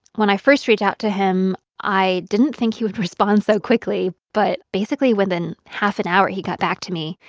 when i first reached out to him, i didn't think he would respond so quickly. but basically, within half an hour, he got back to me,